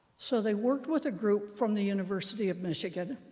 so they worked with a group from the university of michigan.